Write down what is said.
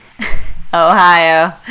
Ohio